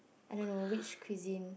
I don't know which cuisine